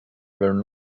were